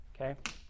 okay